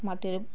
ମାଟିରେ